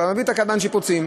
אתה מביא את קבלן השיפוצים,